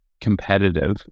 competitive